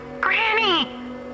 Granny